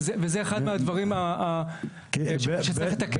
וזה אחד הדברים שצריך לתקן.